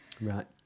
Right